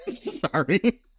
Sorry